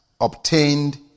obtained